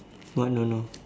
what don't know